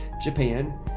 Japan